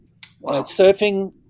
surfing